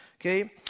Okay